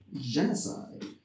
Genocide